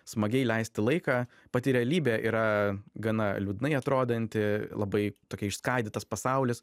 smagiai leisti laiką pati realybė yra gana liūdnai atrodanti labai tokia išskaidytas pasaulis